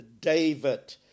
David